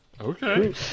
Okay